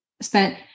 spent